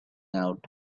out